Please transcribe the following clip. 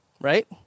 Right